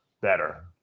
better